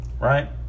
right